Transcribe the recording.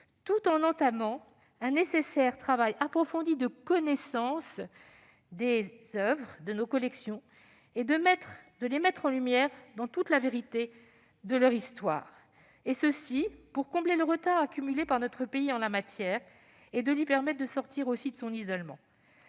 et d'engager un nécessaire travail approfondi de connaissance des oeuvres de nos collections, propre à les mettre en lumière dans toute la vérité de leur histoire. Il s'agit de combler le retard accumulé par notre pays en la matière et de lui permettre de sortir de son isolement.